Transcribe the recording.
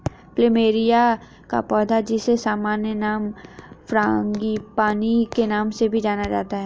plumeria का पौधा, जिसे सामान्य नाम फ्रांगीपानी के नाम से भी जाना जाता है